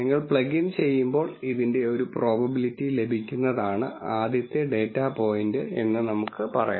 നിങ്ങൾ plug in ചെയ്യുമ്പോൾ ഇതിന്റെ ഒരു പ്രോബബിലിറ്റി ലഭിക്കുന്നതാണ് ആദ്യത്തെ ഡാറ്റ പോയിന്റ് എന്ന് നമുക്ക് പറയാം